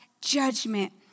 judgment